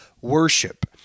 worship